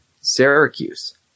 Syracuse